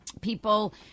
people